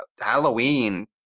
Halloween